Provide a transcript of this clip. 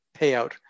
payout